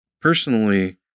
personally